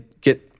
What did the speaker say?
get